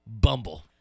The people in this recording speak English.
Bumble